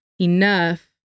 enough